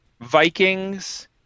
Vikings